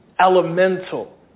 elemental